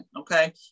okay